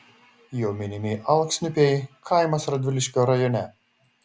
jo minimi alksniupiai kaimas radviliškio rajone